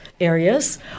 areas